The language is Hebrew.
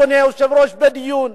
אדוני היושב-ראש בדיון,